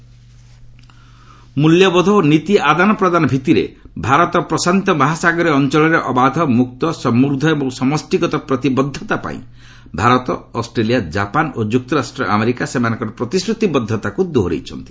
quad meet ମ୍ବଲ୍ୟବୋଧ ଓ ନୀତି ଆଦାନ ପ୍ରଦାନ ଭିତ୍ତିରେ ଭାରତ ପ୍ରଶାନ୍ତ ମହାସାଗରୀୟ ଅଞ୍ଚଳରେ ଅବାଧ ମୁକ୍ତ ସମୃଦ୍ଧ ଏବଂ ସମଷ୍ଟିଗତ ପ୍ରତିବଦ୍ଧତାପାଇଁ ଭାରତ ଅଷ୍ଟ୍ରେଲିଆ ଜାପାନ ଓ ଯୁକ୍ତରାଷ୍ଟ୍ର ଆମେରିକା ସେମାନଙ୍କର ପ୍ରତିଶ୍ରତିବଦ୍ଧତାକୁ ଦୋହରାଇଛନ୍ତି